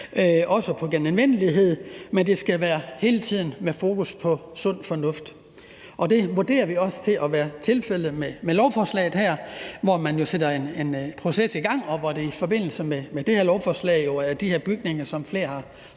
også på genanvendelighed, men det skal hele tiden være med et fokus på sund fornuft. Det vurderer vi også til at være tilfældet med lovforslaget her, hvor man jo sætter en proces i gang, og hvor det jo i forbindelse med det her lovforslag er de her bygninger, som flere har